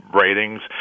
ratings